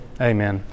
Amen